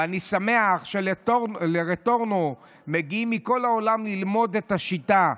ואני שמח שלרטורנו מגיעים מכל העולם ללמוד את השיטה.